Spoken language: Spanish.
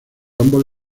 ambos